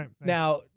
Now